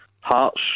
Hearts